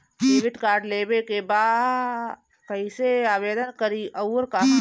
Debit card लेवे के बा कइसे आवेदन करी अउर कहाँ?